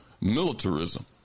militarism